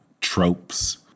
tropes